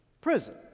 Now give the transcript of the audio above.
prison